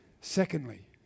secondly